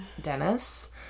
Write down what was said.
Dennis